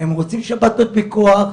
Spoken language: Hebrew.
הם רוצים שבתות פיקוח,